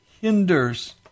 hinders